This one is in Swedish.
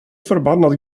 förbannad